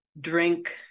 drink